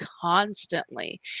constantly